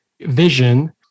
vision